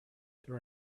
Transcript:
there